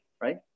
Right